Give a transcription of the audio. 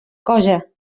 cosa